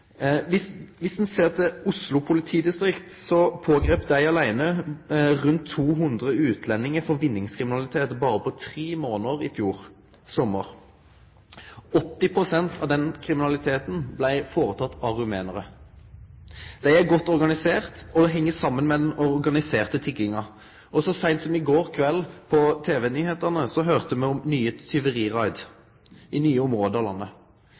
ein ser til Oslo politidistrikt, tok dei åleine rundt 200 utlendingar for vinningskriminalitet berre på tre månader i fjor sommar. 80 pst. av den kriminaliteten blei gjord av rumenarar. Dei er godt organiserte, og det heng saman med den organiserte tigginga. Så seint som i går kveld, på TV-nyheitene, hørte me om nye tjuveriraid i nye område av landet.